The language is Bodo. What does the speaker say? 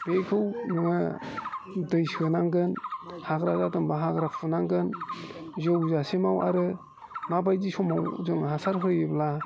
बेखौ नोङो दै सोनांगोन हाग्रा जादोंबा हाग्रा फुनांगोन जौजासिमाव आरो माबायदि समाव जों हासार होयोब्ला